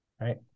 Right